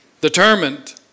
Determined